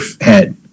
head